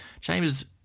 Chambers